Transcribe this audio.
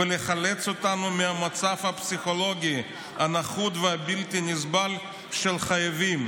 ולחלץ אותנו מהמצב הפסיכולוגי הנחות והבלתי-נסבל של חייבים,